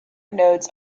nodes